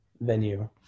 venue